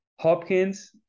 Hopkins